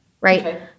right